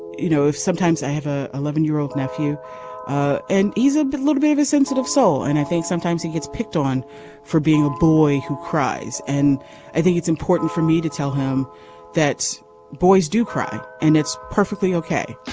you know if sometimes i have a eleven year old nephew and ease a bit a little bit of a sensitive soul and i think sometimes he gets picked on for being a boy who cries and i think it's important for me to tell him that boys do cry and it's perfectly ok